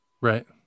Right